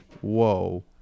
Whoa